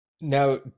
Now